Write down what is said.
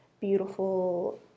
beautiful